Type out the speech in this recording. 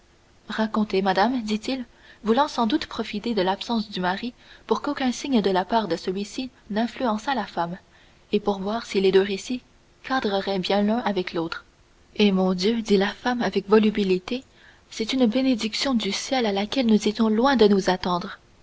racontez madame dit-il voulant sans doute profiter de l'absence du mari pour qu'aucun signe de la part de celui-ci n'influençât la femme et pour voir si les deux récits cadreraient bien l'un avec l'autre eh mon dieu dit la femme avec volubilité c'est une bénédiction du ciel à laquelle nous étions loin de nous attendre